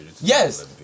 Yes